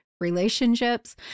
relationships